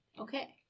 Okay